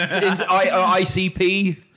icp